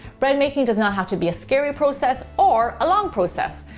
bread making doesn't have to be a scary process or a long process.